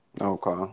Okay